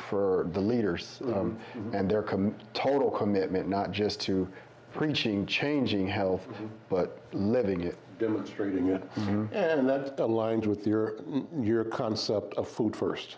for the leaders and their coming total commitment not just to preaching changing health but living it demonstrating it and that aligns with your your concept of food first